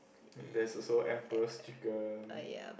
there's also emperor's chicken